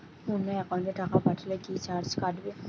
অন্য একাউন্টে টাকা পাঠালে কি চার্জ কাটবে?